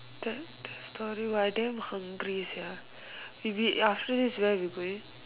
that that story !wah! I damn hungry sia you need after this where are we going